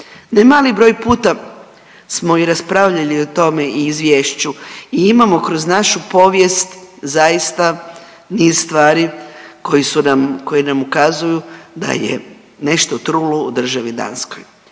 Ne mali broj puta smo i raspravljali o tome i izvješću i imamo kroz našu povijest zaista niz stvari koji su nam, koji nam ukazuju da je nešto trulo u državi Danskoj.